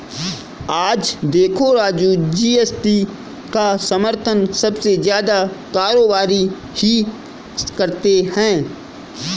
आज देखो राजू जी.एस.टी का समर्थन सबसे ज्यादा कारोबारी ही करते हैं